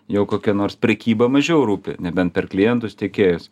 jau kokia nors prekyba mažiau rūpi nebent per klientus tekėjus